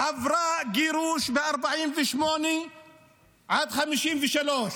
עברה גירוש ב-1948 עד 1953?